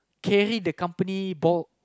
carry the company